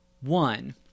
One